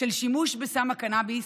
של שימוש בסם הקנביס.